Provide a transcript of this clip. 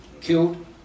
killed